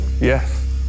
Yes